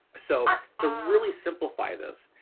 so to really simplify this,